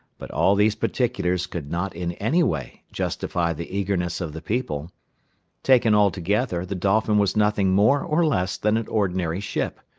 but all these particulars could not in any way justify the eagerness of the people taken altogether, the dolphin was nothing more or less than an ordinary ship.